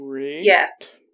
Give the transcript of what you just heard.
Yes